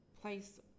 place